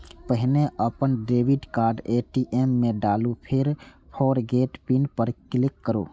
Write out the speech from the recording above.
पहिने अपन debit card ATM मे डालू, फेर फोरगेट पिन पर क्लिक करू